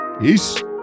Peace